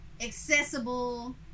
accessible